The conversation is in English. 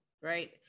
right